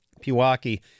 Pewaukee